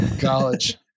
college